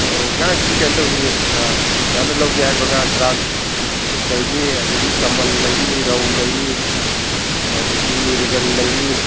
ꯑꯣ ꯉꯥꯒꯤꯗꯤ ꯀꯩꯅꯣ ꯇꯧꯅꯤꯌꯦ ꯑꯣꯖꯥꯅ ꯂꯧꯒꯦ ꯍꯥꯏꯕ ꯉꯥ ꯒ꯭ꯔꯥꯁ ꯂꯩꯅꯤ ꯑꯗꯒꯤ ꯀꯃꯜ ꯂꯩꯅꯤ ꯔꯧ ꯂꯩꯅꯤ ꯑꯗꯒꯤ ꯃꯤꯔꯒꯜ ꯂꯩꯅꯤ